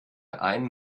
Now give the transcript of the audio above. einen